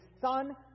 Son